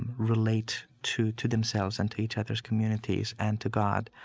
and relate to to themselves and to each other's communities and to god.